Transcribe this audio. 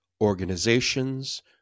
organizations